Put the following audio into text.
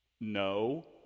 No